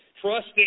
Trust